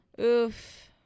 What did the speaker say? Oof